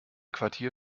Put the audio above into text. quartier